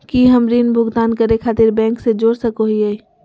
की हम ऋण भुगतान करे खातिर बैंक से जोड़ सको हियै?